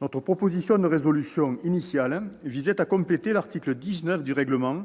Notre proposition de résolution initiale visait à compléter l'article 19 de notre règlement